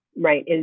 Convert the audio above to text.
right